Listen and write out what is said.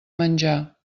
menjar